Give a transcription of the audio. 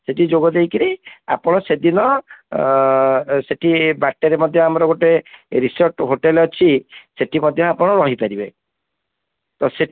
ସେଠି ଯୋଗ ଦେଇକରି ଆପଣ ସେଦିନ ସେଠି ବାଟରେ ମଧ୍ୟ ଆମର ଗୋଟେ ରିସୋର୍ଟ ହୋଟେଲ ଅଛି ସେଠି ମଧ୍ୟ ଆପଣ ରହିପାରିବେ ତ